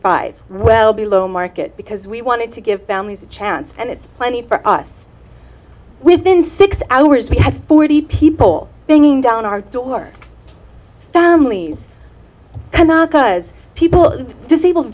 five well below market because we wanted to give families a chance and it's plenty for us within six hours we had forty people singing down our door families cannot because people disabled